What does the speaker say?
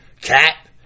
Cat